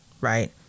right